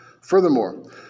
furthermore